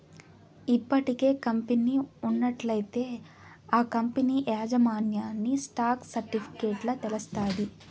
ఇప్పటికే కంపెనీ ఉన్నట్లయితే ఆ కంపనీ యాజమాన్యన్ని స్టాక్ సర్టిఫికెట్ల తెలస్తాది